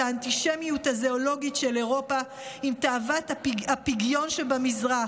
האנטישמיות הזואולוגית של אירופה עם תאוות הפגיון שבמזרח,